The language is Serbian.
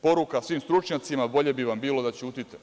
Poruka svim stručnjacima bolje bi vam bilo da ćutite.